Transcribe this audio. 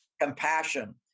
compassion